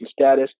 status